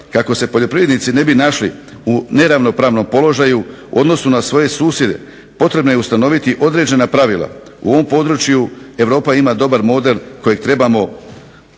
kako se poljoprivrednici ne bi našli u neravnopravnom položaju u odnosu na svoje susjede, potrebno je ustanoviti određena pravila, u ovom području Europa ima dobar model kojeg trebamo uspostaviti